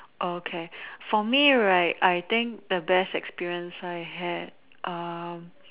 okay for me right I think the best experience I had um